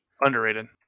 underrated